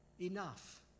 enough